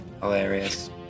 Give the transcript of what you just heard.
Hilarious